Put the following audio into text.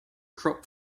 crop